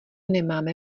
nemáme